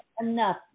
enough